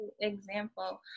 example